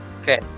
Okay